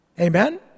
Amen